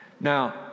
now